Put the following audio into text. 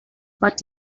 but